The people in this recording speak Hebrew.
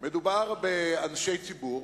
מדובר באנשי ציבור,